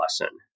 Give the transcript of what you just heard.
lesson